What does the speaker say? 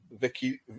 vicky